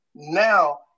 now